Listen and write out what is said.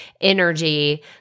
energy